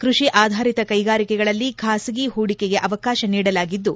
ಕೃಷಿ ಆಧಾರಿತ ಕೈಗಾರಿಕೆಗಳಲ್ಲಿ ಖಾಸಗಿ ಹೂಡಿಕೆಗೆ ಅವಕಾಶ ನೀಡಲಾಗಿದ್ಲು